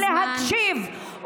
וחבל שאתה צועק ככה במקום להקשיב.